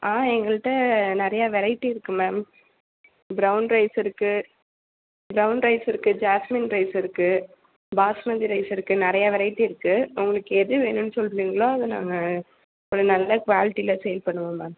ஆ எங்கள்கிட்ட நிறையா வெரைட்டி இருக்குது மேம் ப்ரெளன் ரைஸ் இருக்குது ப்ரெளன் ரைஸ் இருக்குது ஜாஸ்மின் ரைஸ் இருக்குது பாஸ்மதி ரைஸ் இருக்குது நிறையா வெரைட்டி இருக்குது உங்களுக்கு எது வேணும்னு சொல்கிறிங்களோ அதை நாங்கள் ஒரு நல்ல குவாலிட்டியில் சேல் பண்ணுவோம் மேம்